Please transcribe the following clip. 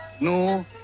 No